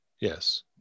Yes